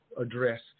address